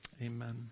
amen